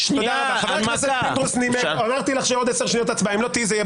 אנרכיסטים ועבריינים, זה מה